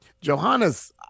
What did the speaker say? Johannes